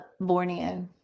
Borneo